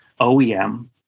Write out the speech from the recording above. OEM